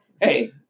Hey